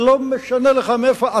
ולא משנה לך מאיפה,